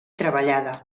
treballada